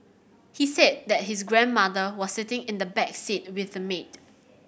he said that his grandmother was sitting in the back seat with the maid